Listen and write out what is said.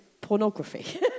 pornography